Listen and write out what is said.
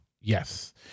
Yes